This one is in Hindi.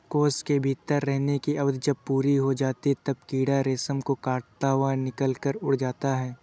कोश के भीतर रहने की अवधि जब पूरी हो जाती है, तब कीड़ा रेशम को काटता हुआ निकलकर उड़ जाता है